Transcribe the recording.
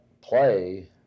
play